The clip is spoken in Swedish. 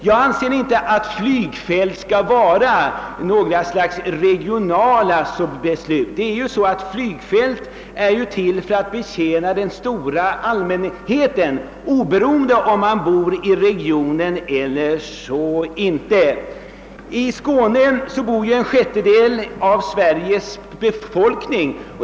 Jag anser heller inte att ett flygfält bara är en regional angelägenhet. Det skall betjäna den stora allmänheten, oberoende av om denna allmänhet bor i regionen eller inte. I Skåne bor en sjättedel av Sveriges befolkning.